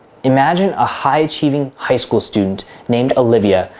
imagine a high achieving high school student named olivia,